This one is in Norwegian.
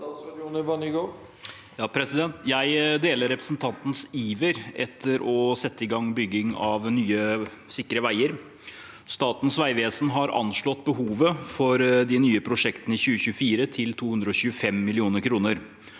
Jeg deler re- presentantens iver etter å sette i gang bygging av nye og sikre veier. Statens vegvesen har anslått behovet til de nye prosjektene i 2024 til å være